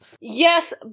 Yes